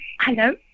hello